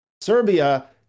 Serbia